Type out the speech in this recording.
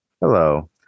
Hello